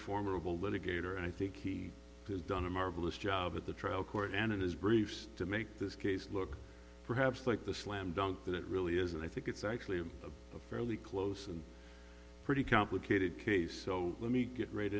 formidable litigator and i think he has done a marvelous job at the trial court and in his briefs to make this case look perhaps like the slam dunk that it really is and i think it's actually a fairly close and pretty complicated case so let me get right